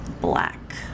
black